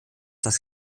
das